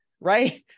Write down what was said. right